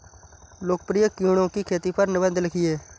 लोकप्रिय कीड़ों की खेती पर निबंध लिखिए